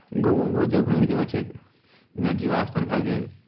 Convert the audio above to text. गाँवओमे बहुत जगह घूमयके जगह छै जेना डीहवार स्थान भए गेल